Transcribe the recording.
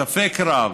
ספק רב